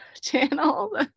channel